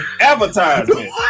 Advertisement